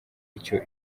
icyo